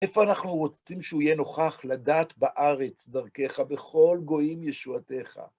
איפה אנחנו רוצים שהוא יהיה נוכח לדעת בארץ, דרכך, בכל גויים ישועתיך?